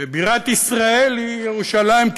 ובירת ישראל היא ירושלים,